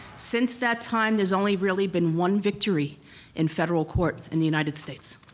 since that time there's only really been one victory in federal court in the united states.